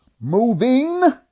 moving